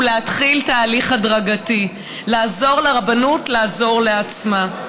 ולהתחיל תהליך הדרגתי; לעזור לרבנות לעזור לעצמה.